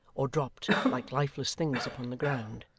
or dropped like lifeless things upon the ground